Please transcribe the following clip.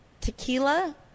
Tequila